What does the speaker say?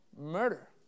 murder